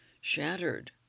shattered